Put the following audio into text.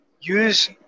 Use